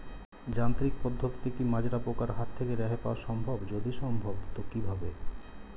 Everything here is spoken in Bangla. যান্ত্রিক পদ্ধতিতে কী মাজরা পোকার হাত থেকে রেহাই পাওয়া সম্ভব যদি সম্ভব তো কী ভাবে?